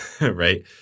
right